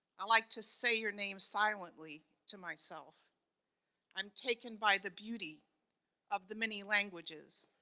i like to say your name silently, to myself i'm taken by the beauty of the many languages,